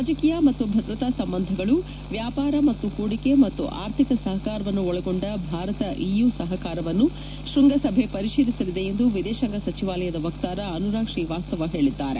ರಾಜಕೀಯ ಮತ್ತು ಭಕ್ತಕಾ ಸಂಬಂಧಗಳು ವ್ಯವಾರ ಮತ್ತು ಹೂಡಕೆ ಮತ್ತು ಆರ್ಥಿಕ ಸಮಾರವನ್ನು ಒಳಗೊಂಡ ಭಾರತ ಇಯು ಸಮಾರವನ್ನು ಶ್ಯಂಗಜೆ ಪರಿಹೀಲಿಸಲಿದೆ ಎಂದು ಎದೇಡಾಂಗ ಸಚಿವಾಲಯದ ವಕ್ತಾರ ಅನುರಾಗ್ ಶ್ರೀವಾಸ್ತವ ಹೇಳದ್ದಾರೆ